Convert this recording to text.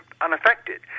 unaffected